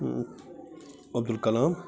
Abdul Kalam